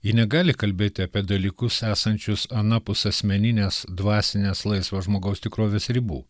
ji negali kalbėti apie dalykus esančius anapus asmeninės dvasinės laisvo žmogaus tikrovės ribų